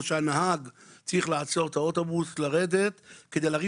או שהנהג צריך לעצור את האוטובוס ולרדת כדי להרים